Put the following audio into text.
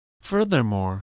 Furthermore